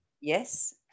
Yes